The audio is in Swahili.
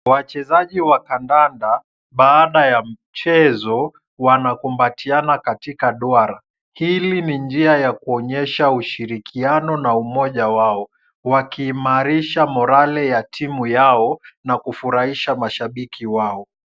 Wachezaji wa kandanda, baada ya mchezo wanakumbatiana katika duara. Hili ni njia ya kuonyeshana ushirikiano na umoja wao wakiimarisha morale ya timu yao na kufurahisha mashabiki wao.